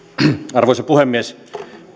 arvoisa puhemies